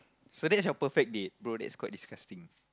so that's your perfect date bro that's quite disgusting